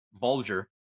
Bulger